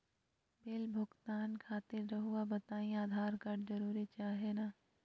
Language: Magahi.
बिल भुगतान खातिर रहुआ बताइं आधार कार्ड जरूर चाहे ना?